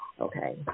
Okay